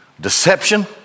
deception